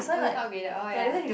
oh it's not graded oh ya